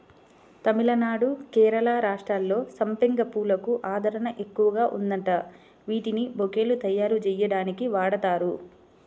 తమిళనాడు, కేరళ రాష్ట్రాల్లో సంపెంగ పూలకు ఆదరణ ఎక్కువగా ఉందంట, వీటిని బొకేలు తయ్యారుజెయ్యడానికి వాడతారు